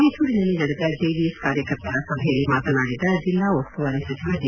ಮೈಸೂರಿನಲ್ಲಿ ನಡೆದ ಜೆಡಿಎಸ್ ಕಾರ್ಯಕರ್ತರ ಸಭೆಯಲ್ಲಿ ಮಾತನಾಡಿದ ಜಿಲ್ಲಾ ಉಸ್ತುವಾರಿ ಸಚಿವ ಜಿ